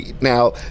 now